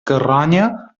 carronya